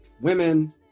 women